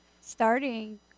starting